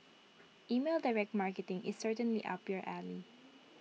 email direct marketing is certainly up your alley